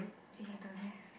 eh I don't have